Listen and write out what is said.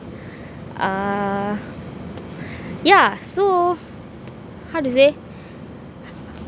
uh yeah so how to say